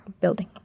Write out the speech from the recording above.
building